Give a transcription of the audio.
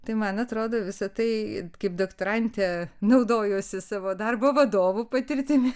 tai man atrodo visą tai kaip doktorantė naudojosi savo darbo vadovų patirtimi